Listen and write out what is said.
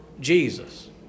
Jesus